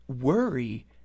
Worry